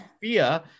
fear